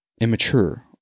immature